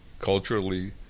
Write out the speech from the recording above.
culturally